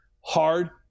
hard